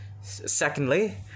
Secondly